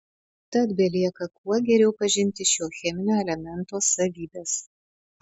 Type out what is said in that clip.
tad belieka kuo geriau pažinti šio cheminio elemento savybes